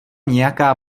nějaká